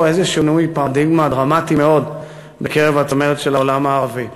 איזה שינוי פרדיגמה דרמטי מאוד בקרב הצמרת של העולם הערבי.